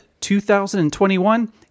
2021